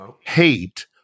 hate